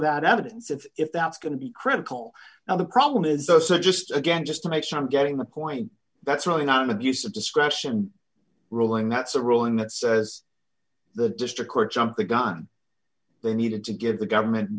that evidence of if that's going to be critical now the problem is though so just again just to make sure i'm getting the point that's really not an abuse of discretion ruling that's a ruling that says the district court jumped the gun they needed to give the government